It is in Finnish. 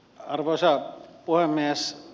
arvoisa puhemies